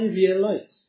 realize